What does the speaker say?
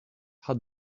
how